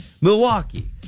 Milwaukee